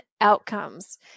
outcomes